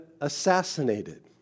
assassinated